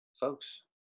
Folks